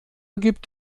gibt